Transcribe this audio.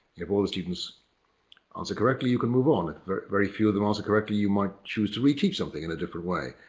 if all the students answer correctly, you can move on. if very very few of them answer correctly, you might choose to re-teach something in a different way.